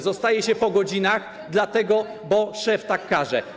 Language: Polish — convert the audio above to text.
Zostaje się po godzinach, dlatego że szef tak każe.